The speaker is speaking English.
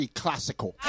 classical